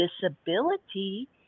disability